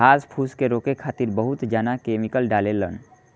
घास फूस के रोके खातिर बहुत जना केमिकल डालें लन